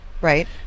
Right